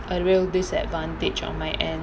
a real disadvantage on my end